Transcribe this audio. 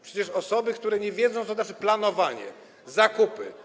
Przecież osoby, które nie wiedzą, co znaczy planowanie, zakupy.